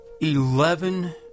Eleven